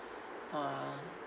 uh